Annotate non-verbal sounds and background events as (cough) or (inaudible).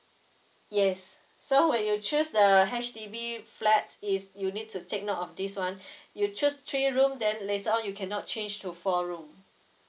yes so when you choose the flat is you need to take note of this one (breath) you choose three room then later on you cannot change to four room